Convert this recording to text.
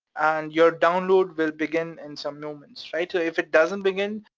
and your download will begin in some moments, right? if it doesn't begin,